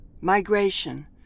Migration